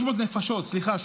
300 נפשות, סליחה.